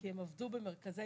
כי הם עבדו במרכזי